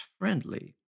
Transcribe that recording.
Friendly